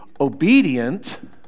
obedient